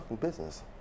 business